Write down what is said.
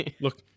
look